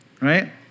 right